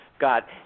got